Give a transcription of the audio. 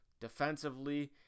defensively